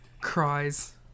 Cries